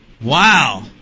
Wow